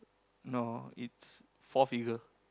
no it's four figure